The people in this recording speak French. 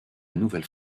nouvelle